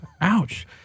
Ouch